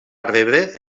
rebre